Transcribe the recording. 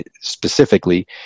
specifically